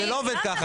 זה לא עובד כך.